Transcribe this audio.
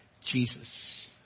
Jesus